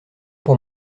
pour